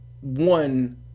one